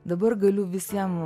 dabar galiu visiem